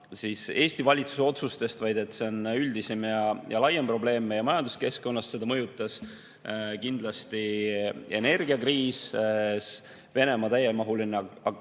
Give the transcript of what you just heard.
ainult Eesti valitsuse otsustest, vaid see on üldisem ja laiem probleem meie majanduskeskkonnas. Seda on mõjutanud kindlasti energiakriis ja Venemaa täiemahuline agressioon